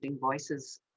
voices